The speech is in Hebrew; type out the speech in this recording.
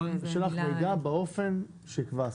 מידע באופן שיקבע השר".